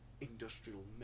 industrial